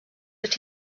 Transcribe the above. that